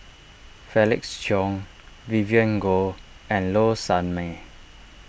Felix Cheong Vivien Goh and Low Sanmay